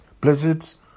blizzards